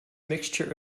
mixture